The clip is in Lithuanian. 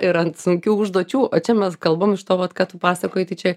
ir ant sunkių užduočių o čia mes kalbam iš to vat ką tu pasakojai tai čia